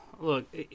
Look